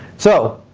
so,